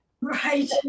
right